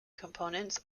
components